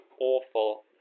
awful